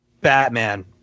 Batman